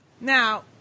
now